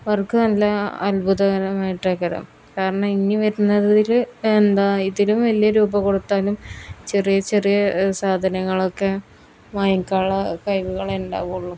അവർക്ക് നല്ല അത്ഭുതകരമായിട്ടൊക്കെയുണ്ടാകാം കാരണം ഇനി വരുന്നതിൽ എന്താ ഇതിലും വലിയ രൂപ കൊടുത്താലും ചെറിയ ചെറിയ സാധനങ്ങളൊക്കെ വാങ്ങിക്കാനുള്ള കഴിവുകളേ ഉണ്ടാകുള്ളൂ